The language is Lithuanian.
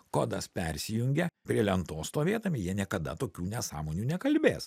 kodas persijungia prie lentos stovėdami jie niekada tokių nesąmonių nekalbės